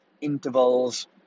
intervals